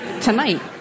tonight